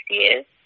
years